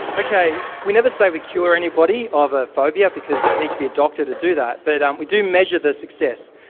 ok, we never say we cure anybody of a phobia because you need to be a doctor to do that, but um we do measure the success.